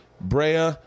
Brea